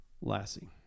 Lassie